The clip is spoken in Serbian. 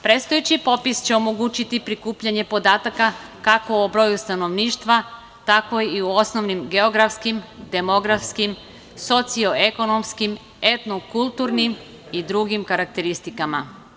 Predstojeći popis će omogućiti prikupljanje podataka kako o broju stanovništva, tako i o osnovnim geografskim, demografskim, socio-ekonomskim, etno-kulturnim i drugim karakteristikama.